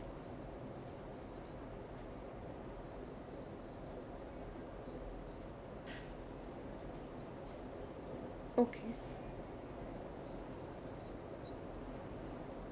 okay